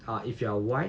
ah if you are white